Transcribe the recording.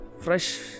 Fresh